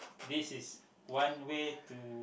this is one way to